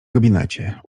gabinecie